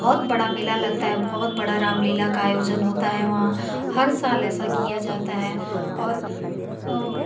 बहुत बड़ा मेला लगता है बहुत बड़ा रामलीला का आयोजन होता है वहाँ हर साल ऐसा किया जाता है और